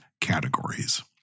categories